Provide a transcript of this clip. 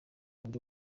buryo